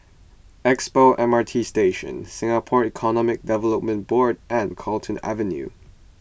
Expo M R T Station Singapore Economic Development Board and Carlton Avenue